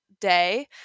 day